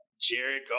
Jared